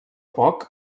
poc